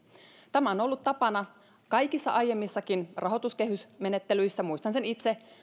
tämä on ollut tapana kaikissa aiemmissakin rahoituskehysmenettelyissä muistan sen itse